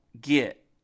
get